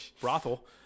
brothel